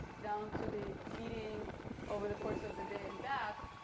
down to the eating over the course of the day and back.